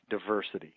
diversity